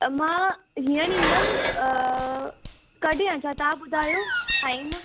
त मां हीअंर ईंदमि कॾहिं अचां तव्हां ॿुधायो टाइम